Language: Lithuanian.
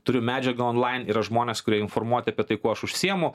turiu medžiagą onlain yra žmonės kurie informuoti apie tai kuo aš užsiimu